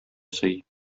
сый